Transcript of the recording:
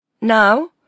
Now